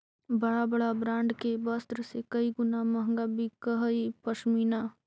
बड़ा बड़ा ब्राण्ड के वस्त्र से कई गुणा महँगा बिकऽ हई पशमीना